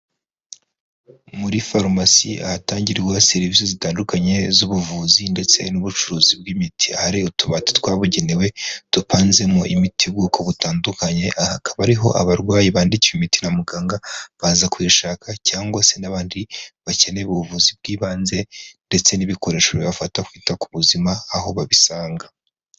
Muri farumasi ahatangirwa serivisi zitandukanye z'ubuvuzi ndetse n'ubucuruzi bw'imiti, hariri utubati twabugenewe dupanzemo imiti bwoko butandukanye, aha akaba ariho abarwayi bandikiwe imitira muganga baza kuyashaka, cyangwa se n'abandi bakeneye ubuvuzi bw'ibanze ndetse n'ibikoresho bibafata kwita ku buzima aho babisanga